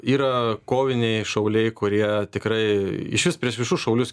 yra koviniai šauliai kurie tikrai išvis prieš visus šaulius